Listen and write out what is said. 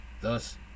Thus